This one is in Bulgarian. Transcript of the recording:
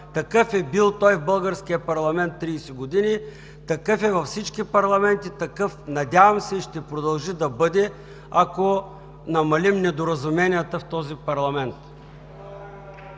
Такъв е бил той в българския парламент 30 години, такъв е във всички парламенти, такъв, надявам се, ще продължи да бъде, ако намалим недоразуменията в този парламент.